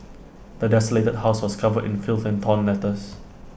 the desolated house was covered in filth and torn letters